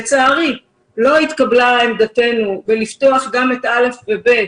לצערי, לא התקבלה עמדתנו לפתוח גם את א' ו-ב'